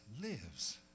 lives